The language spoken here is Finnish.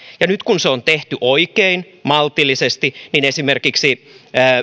nyt kun se on tehty oikein maltillisesti niin esimerkiksi